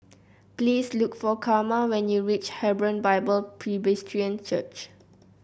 please look for Karma when you reach Hebron Bible Presbyterian Church